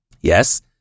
yes